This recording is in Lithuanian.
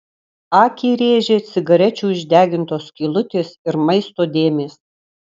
akį rėžė cigarečių išdegintos skylutės ir maisto dėmės